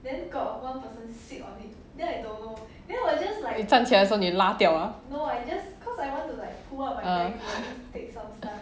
你站起来的时候你拉掉 ah err